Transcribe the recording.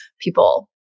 people